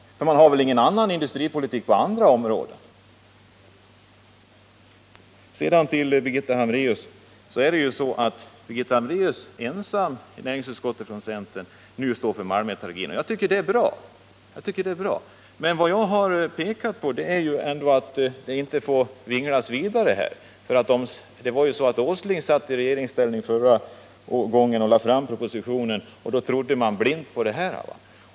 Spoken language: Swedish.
För man vill väl inte föra en annan typ av industripolitik på andra områden? När det sedan gäller Birgitta Hambraeus, så är det ju så att hon nu är ensam bland de centerpartistiska företrädarna i näringsutskottet om att tala för malmmetallurgin. Och det tycker jag är bra. Vad jag pekat på är att det inte nu får vinglas vidare i den här frågan, för när Nils Åsling var i regeringsställning och lade fram sin proposition, då trodde man blint på vad som sades där.